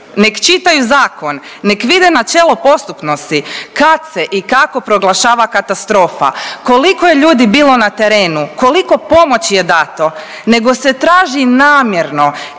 nek čitaju zakon, nek vide načelo postupnosti kad se i kako proglašava katastrofa, koliko je ljudi bilo na terenu, koliko pomoći je dato, nego se traži namjerno